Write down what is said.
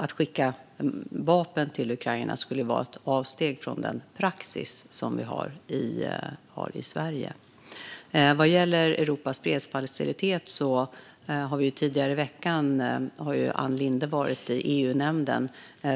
Att skicka vapen till Ukraina skulle vara ett avsteg från den praxis som vi har i Sverige. Vad gäller Europas fredsfacilitet har Ann Linde tidigare i veckan varit i EU-nämnden